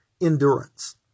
Endurance